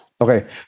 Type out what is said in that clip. Okay